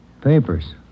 Papers